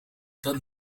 dat